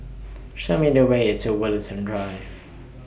Show Me The Way to Woollerton Drive